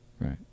Right